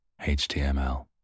HTML